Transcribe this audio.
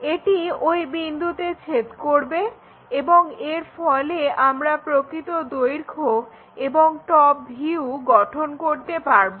এটি ওই বিন্দুতে ছেদ করবে এবং এরফলে আমরা প্রকৃত দৈর্ঘ্য এবং টপ ভিউ গঠন করতে পারবো